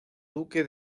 duque